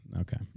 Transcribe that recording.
Okay